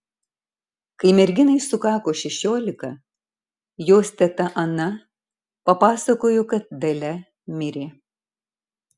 kai merginai sukako šešiolika jos teta ana papasakojo kad dalia mirė